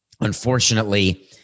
Unfortunately